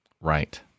Right